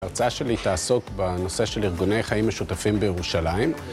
ההרצאה שלי היא תעסוק בנושא של ארגוני חיים משותפים בירושלים